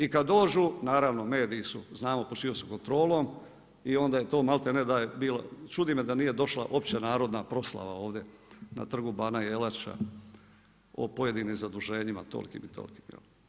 I kad dođu, naravno, mediji su znamo pod čijom su kontrolom, i onda je to malti ne, čudi me da nije došla opća narodna proslava ovdje na Trgu bana Jelačića, o pojedinim zaduženjima tolikim i tolikim.